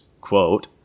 quote